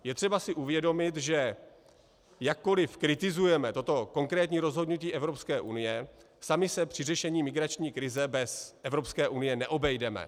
Je třeba si uvědomit, že jakkoli kritizujeme toto konkrétní rozhodnutí Evropské unie, sami se při řešení migrační krize bez Evropské unie neobejdeme.